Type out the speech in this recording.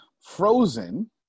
frozen